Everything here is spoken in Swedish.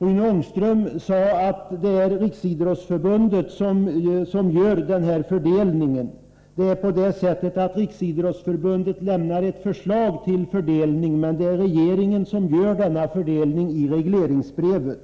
Rune Ångström sade att det är Riksidrottsförbundet som svarar för fördelningen av bidragen. Det är på det sättet att Riksidrottsförbundet lämnar ett förslag till fördelning, men regeringen gör fördelningen i regleringsbrevet.